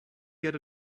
get